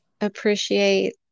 appreciate